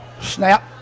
Snap